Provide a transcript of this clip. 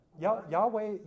Yahweh